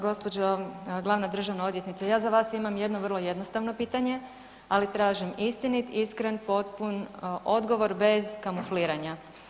Gđo. glavna državna odvjetnice, ja za vas imam jedno vrlo jednostavno pitanje, ali tražim istinit, iskren, potpun odgovor bez kamufliranja.